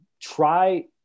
try